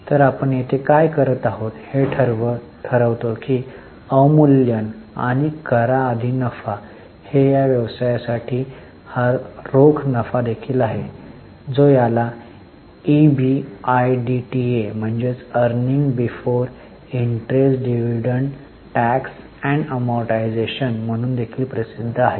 तर आपण येथे काय करत आहोत हे ठरवितो की हा अवमूल्यन आणि कर आधी नफा आहे या व्यवसायासाठी हा रोख नफा देखील आहे जो याला EBIDTA म्हणून देखील प्रसिद्ध आहे